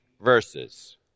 verses